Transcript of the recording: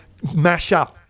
mashup